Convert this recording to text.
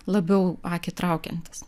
labiau akį traukiantis